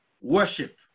worship